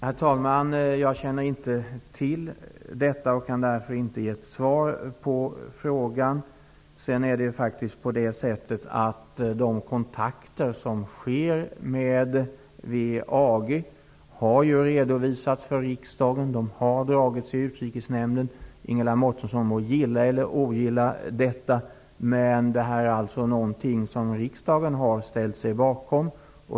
Herr talman! Jag känner inte till detta och kan därför inte ge ett svar på frågan. De kontakter som sker med WEAG har faktiskt redovisats för riksdagen och föredragits i utrikesnämnden. Ingela Mårtensson må gilla eller ogilla detta, men det här är alltså någonting som riksdagen har ställt sig bakom.